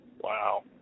Wow